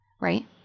right